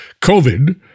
COVID